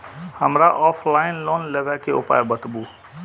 हमरा offline loan लेबे के उपाय बतबु?